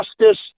justice